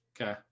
Okay